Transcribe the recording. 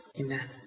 Amen